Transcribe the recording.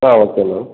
ah okay ma'am